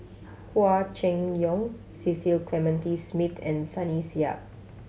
Hua Chai Yong Cecil Clementi Smith and Sunny Sia